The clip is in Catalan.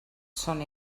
són